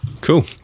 cool